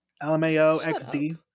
L-M-A-O-X-D